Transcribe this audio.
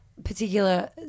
particular